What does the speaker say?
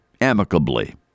amicably